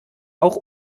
auch